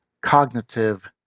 cognitive